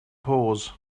pause